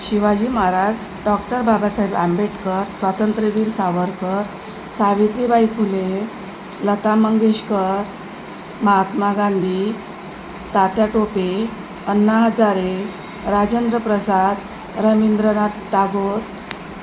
Shivaji Maharaj doctor Babasaheb Ambedkar Swatantryaveer Savarkar Savitribai Phule Lata Mangeshkar Mahatma Gandhi Tatya Tope Anna Hazare Rajendra Prasad Rabindranath Tagore